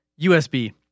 USB